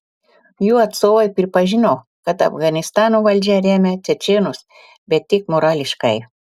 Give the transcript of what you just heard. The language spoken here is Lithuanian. jų atstovai pripažino kad afganistano valdžia remia čečėnus bet tik morališkai